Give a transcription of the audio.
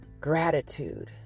gratitude